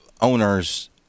owners